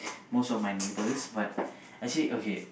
most of my neighbours but actually okay